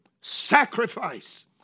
sacrifice